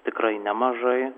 tikrai nemažai